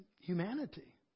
humanity